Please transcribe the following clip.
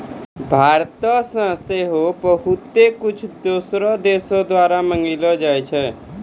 भारतो से सेहो बहुते कुछु दोसरो देशो द्वारा मंगैलो जाय छै